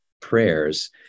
prayers